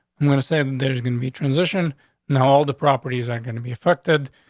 i'm going to say there's gonna be transition now. all the properties are going to be affected.